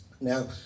Now